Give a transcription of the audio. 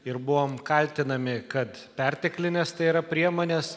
ir buvom kaltinami kad perteklinės tai yra priemonės